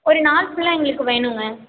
ஒரு நாள் ஃபுல்லாக எங்களுக்கு வேணுங்க